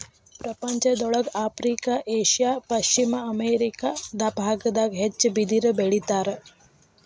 ಪ್ರಪಂಚದೊಳಗ Africa Asia ಪಶ್ಚಿಮ America ಬಾಗದಾಗ ಹೆಚ್ಚ ಬಿದಿರ ಬೆಳಿತಾರ